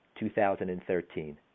2013